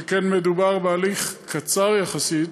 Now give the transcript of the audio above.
שכן מדובר בהליך קצר יחסית,